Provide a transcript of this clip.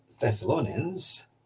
Thessalonians